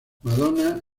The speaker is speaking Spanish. madonna